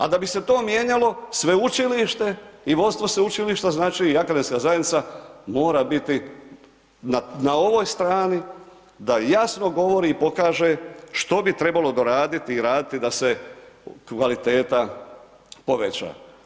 A da bi se to mijenjalo, sveučilište i vodstvo sveučilišta znači i akademska zajednica mora biti na ovoj strani da jasno govori i pokaže što bi trebalo doraditi i raditi da se kvaliteta poveća.